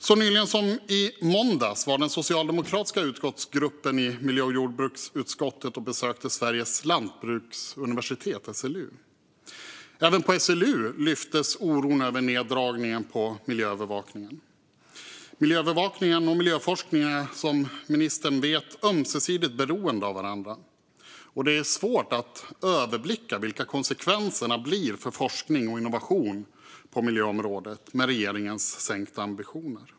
Så nyligen som i måndags besökte den socialdemokratiska utskottsgruppen i miljö och jordbruksutskottet Sveriges lantbruksuniversitet, SLU. Även på SLU oroas man över neddragningen på miljöövervakningen. Miljöövervakning och miljöforskning är som ministern vet ömsesidigt beroende av varandra och det är svårt att överblicka vilka konsekvenserna blir för forskning och innovation på miljöområdet med regeringens sänkta ambitioner.